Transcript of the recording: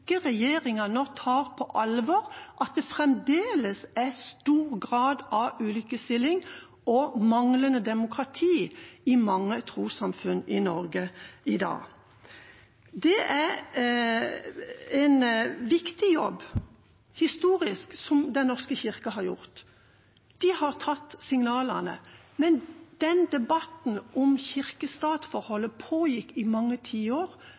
regjeringa nå tar på alvor at det fremdeles er stor grad av ulikestilling og manglende demokrati i mange trossamfunn i Norge i dag. Det er historisk en viktig jobb Den norske kirke har gjort. De har tatt signalene, men debatten om kirke–stat-forholdet pågikk i mange tiår,